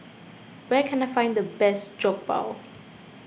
where can I find the best Jokbal